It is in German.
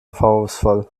vorwurfsvoll